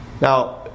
Now